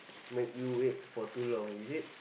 make you wait for too long is it